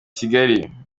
kigali